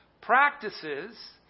practices